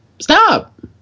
Stop